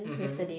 uh mm